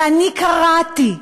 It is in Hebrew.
ואני קראתי: